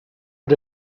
but